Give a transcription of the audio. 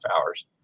hours